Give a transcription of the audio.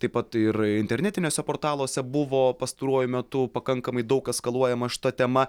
taip pat ir internetiniuose portaluose buvo pastaruoju metu pakankamai daug eskaluojama šita tema